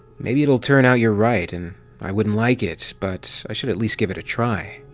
maybe it'll turn out youre right, and i wouldn't like it, but i should at least give it a try.